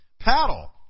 Paddle